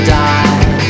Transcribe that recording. die